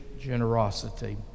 generosity